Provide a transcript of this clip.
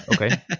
Okay